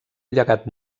llegat